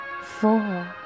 Four